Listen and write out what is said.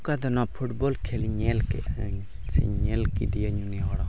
ᱚᱠᱟ ᱫᱚ ᱱᱚᱣᱟ ᱯᱷᱩᱴᱵᱚᱞ ᱠᱷᱮᱹᱞ ᱤᱧ ᱧᱮᱞ ᱠᱮᱫᱼᱟᱹᱧ ᱥᱮ ᱧᱮᱞ ᱠᱮᱫᱮᱭᱟᱹᱧ ᱩᱱᱤ ᱦᱚᱲ ᱦᱚᱸ